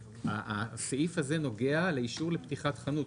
הסעיף הזה נוגע לאישור לפתיחת חנות.